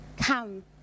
come